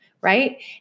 Right